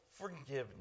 forgiveness